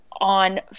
on